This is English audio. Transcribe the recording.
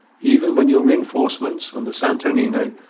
even when your reenforcements on the santo nino,